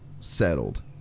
settled